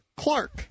Clark